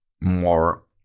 more